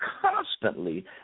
constantly